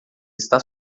está